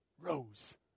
rose